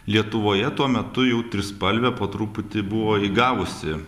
lietuvoje tuo metu jau trispalvė po truputį buvo įgavusi